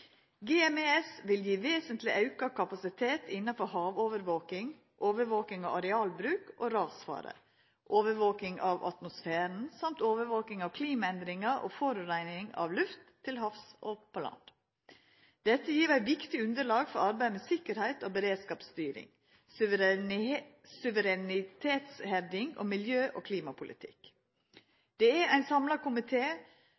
vil gje vesentleg auka kapasitet innanfor havovervaking, overvaking av arealbruk og rasfare, overvaking av atmosfæren, samt overvaking av klimaendringar og forureining av luft, til havs og på land. Dette gjev eit viktig underlag for arbeid med sikkerheit og beredskapsstyring, suverenitetshevding og miljø- og